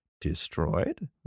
destroyed